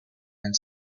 and